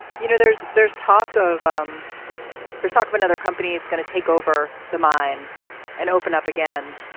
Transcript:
you know there's there's talk of um there's talk of another company it's going to take over the mine and open up again.